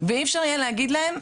ואי אפשר יהיה להגיד להם,